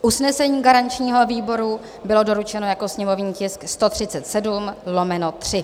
Usnesení garančního výboru bylo doručeno jako sněmovní tisk 137/3.